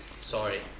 Sorry